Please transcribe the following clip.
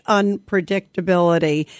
unpredictability